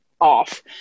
off